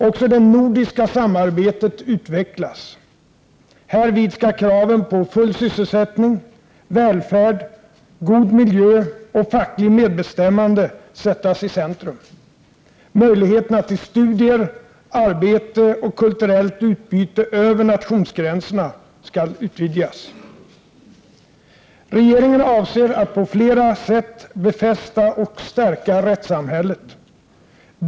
Också det nordiska samarbetet utvecklas. Härvid skall kraven på full sysselsättning, välfärd, god miljö och fackligt medbestämmande sättas i centrum. Möjligheterna till studier, arbete och kulturellt utbyte över nationsgränserna skall utvidgas. Regeringen avser att på flera sätt befästa och stärka rättssamhället.